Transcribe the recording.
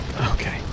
Okay